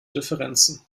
differenzen